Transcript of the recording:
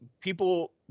people